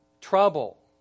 trouble